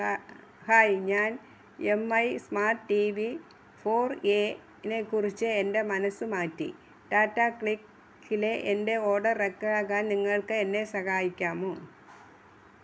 ആ ഹായ് ഞാൻ M I smart T V four എയിനേക്കുറിച്ച് എന്റെ മനസ്സ് മാറ്റി ടാറ്റ ക്ലിക്കിലെ എന്റെ ഓർഡർ റദ്ദാക്കാൻ നിങ്ങൾക്ക് എന്നെ സഹായിക്കാമോ